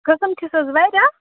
قسٕم چھِس حظ واریاہ